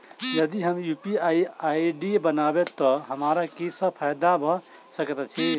यदि हम UPI ID बनाबै तऽ हमरा की सब फायदा भऽ सकैत अछि?